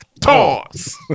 toss